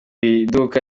iduka